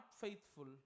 faithful